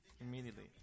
immediately